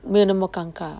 没有那么尴尬